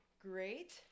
great